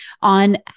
on